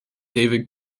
david